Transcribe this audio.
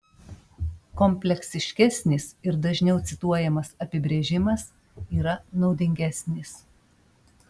kompleksiškesnis ir dažniau cituojamas apibrėžimas yra naudingesnis